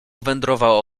wędrowało